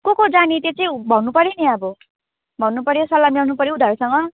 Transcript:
को को जाने त्यो चाहिँ भन्नु पर्यो नि अब भन्नु पर्यो सल्लाह मिलाउनु पर्यो उनीहरूसँग